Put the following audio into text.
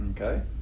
okay